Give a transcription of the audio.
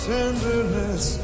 tenderness